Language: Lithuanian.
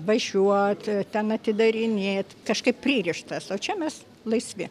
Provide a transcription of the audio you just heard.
važiuot ten atidarinėt kažkaip pririštas o čia mes laisvi